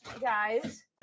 Guys